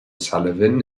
sullivan